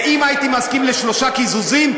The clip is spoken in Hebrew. ואם הייתי מסכים לשלושה קיזוזים,